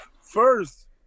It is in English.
First